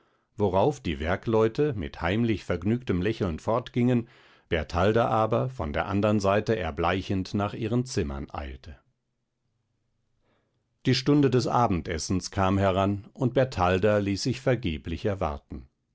worauf die werkleute mit heimlich vergnügtem lächeln fortgingen bertalda aber von der andern seite erbleichend nach ihren zimmern eilte die stunde des abendessens kam heran und bertalda ließ sich vergeblich erwarten